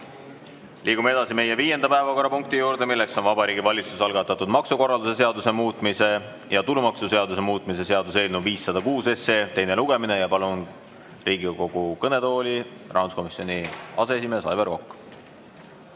Liigume edasi meie viienda päevakorrapunkti juurde. See on Vabariigi Valitsuse algatatud maksukorralduse seaduse muutmise ja tulumaksuseaduse muutmise seaduse eelnõu 506 teine lugemine. Palun Riigikogu kõnetooli, rahanduskomisjoni aseesimees Aivar